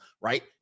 Right